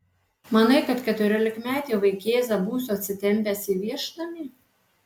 manai kad keturiolikmetį vaikėzą būsiu atsitempęs į viešnamį